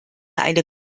eine